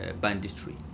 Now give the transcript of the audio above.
banditry